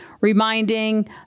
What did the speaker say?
reminding